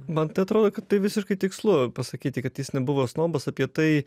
man tai atrodo kad tai visiškai tikslu pasakyti kad jis nebuvo snobas apie tai